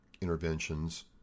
interventions